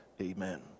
Amen